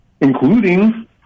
including